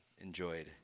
enjoyed